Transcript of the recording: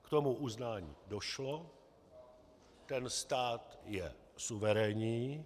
K uznání došlo, ten stát je suverénní.